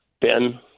Ben